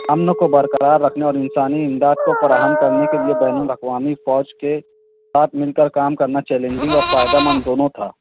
امن کو برقرار رکھنے اور انسانی امداد کو فراہم کرنے کے لئے بین الاقوامی فوج کے ساتھ مل کر کام کرنا چیلنجنگ اور فائدہ مند دونوں تھا